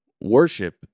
worship